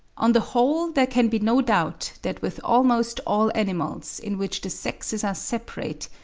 on the whole there can be no doubt that with almost all animals, in which the sexes are separate,